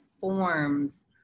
forms